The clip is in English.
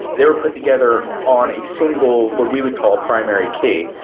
they were put together on a single, what we would call, primary key,